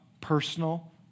personal